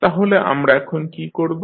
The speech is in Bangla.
তাহলে আমরা এখন কী করব